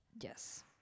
yes